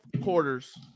quarters